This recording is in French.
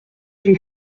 une